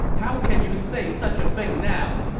how can you say such a thing now?